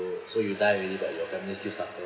so you die already but your family still suffer